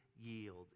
yield